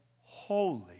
holy